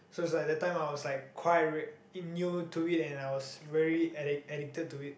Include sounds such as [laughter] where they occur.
so is like that time I was like quite [noise] in new to it and I was very addict addicted to it